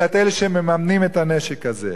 אלא את אלה שמממנים את הנשק הזה.